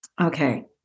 Okay